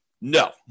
No